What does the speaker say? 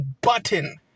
button